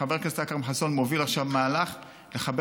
חבר הכנסת אכרם חסון מוביל עכשיו מהלך לחבר